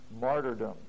martyrdom